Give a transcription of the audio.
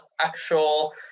actual